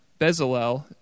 Bezalel